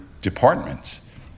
departments